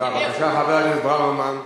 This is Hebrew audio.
חבר הכנסת ברוורמן.